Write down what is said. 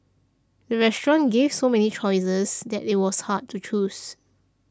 the restaurant gave so many choices that it was hard to choose